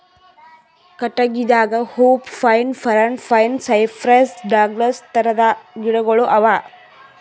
ಕಟ್ಟಗಿದಾಗ hoop pine, Parana pine, cypress, Douglas ಥರದ್ ಗಿಡಗೋಳು ಅವಾ